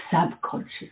subconscious